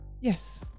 Yes